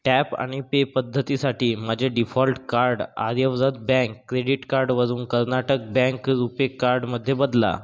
tap आणि pay पद्धतीसाठी माझे default card Aryavrat bank credit कार्डवरून कर्नाटक बँक रुपे कार्डमध्ये बदला